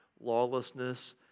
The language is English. lawlessness